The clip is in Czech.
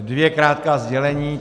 Dvě krátká sdělení.